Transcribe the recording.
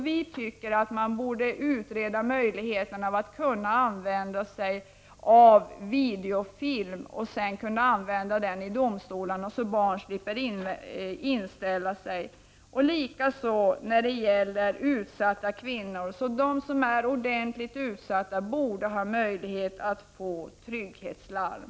Vi tycker att man borde utreda möjligheterna att använda sig av videofilm, som sedan kunde användas i domstolarna, så att barn slipper att inställa sig där. När det gäller utsatta kvinnor borde de som är i hög grad utsatta ges möjlighet att få trygghetslarm.